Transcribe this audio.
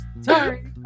Sorry